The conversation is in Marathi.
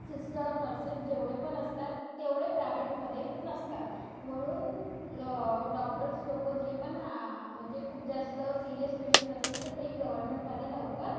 सिस्टर नर्सेस जेवढे पण असतात तेवढे प्रायवेटमध्ये नसतात म्हणून ल डॉक्टर्स लोक जे पण हा म्हणजे खूप जास्त सिरियस पेशंट असले तर ते गव्हर्मेंटमध्ये लवकर